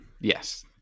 Yes